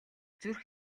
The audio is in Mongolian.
зүрх